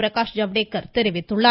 பிரகாஷ்ஜவ்டேகர் தெரிவித்துள்ளார்